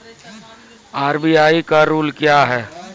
RBI का rule क्या हैं?